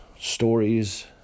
stories